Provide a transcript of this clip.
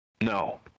No